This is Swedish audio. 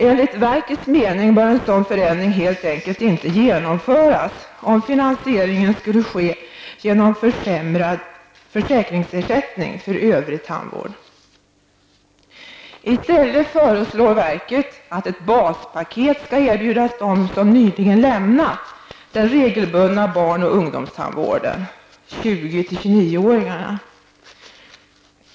Enligt verkets mening bör en sådan förändring helt enkelt inte genomföras, om finansieringen skall ske genom försämrad försäkringsersättning för övrig tandvård. I stället föreslår verket att ett baspaket skall erbjudas dem som nyligen lämnat den regelbundna barn och ungdomstandvården, 20--29-åringarna.